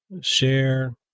Share